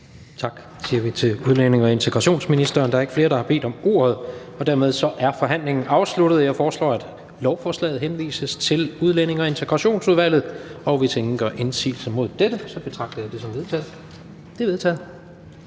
Vi siger tak til udlændinge- og integrationsministeren. Der er ikke flere, der har bedt om ordet, og dermed er forhandlingen afsluttet. Jeg foreslår, at lovforslaget henvises til Udlændinge- og Integrationsudvalget, og hvis ingen gør indsigelse mod dette, betragter jeg det som vedtaget. Det er vedtaget.